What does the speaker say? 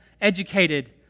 educated